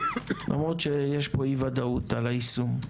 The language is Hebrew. למרות שיש פה אי-ודאות על היישום.